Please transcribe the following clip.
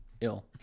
ill